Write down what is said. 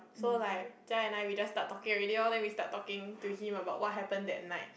so like Jia-yi and I we just start talking already orh then we start talking to him about what happened that night